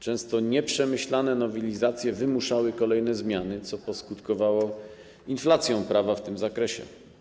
Często nieprzemyślane nowelizacje wymuszały kolejne zmiany, co poskutkowało inflacją prawa w tym zakresie.